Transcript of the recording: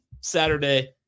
Saturday